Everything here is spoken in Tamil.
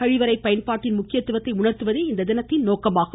கழிவறை பயன்பாட்டின் முக்கியத்துவத்தை உணா்த்துவதே இத்தினத்தின் நோக்கமாகும்